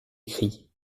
écrit